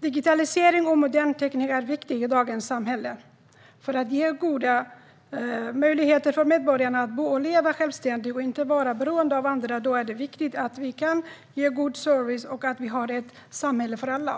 Digitalisering och modern teknik är viktigt i dagens samhälle för att ge goda möjligheter för medborgarna att bo och leva självständigt och inte vara beroende av andra. Då är det viktigt att vi kan ge god service och att vi har ett samhälle för alla.